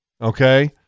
okay